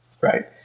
right